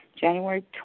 January